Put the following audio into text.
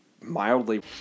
mildly